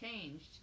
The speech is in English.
changed